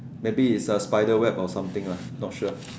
maybe is a spiderweb or something lah not sure